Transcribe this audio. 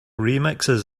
remixes